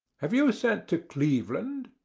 have you sent to cleveland?